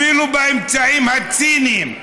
אפילו באמצעים הציניים,